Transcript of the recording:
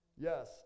Yes